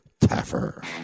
TAFFER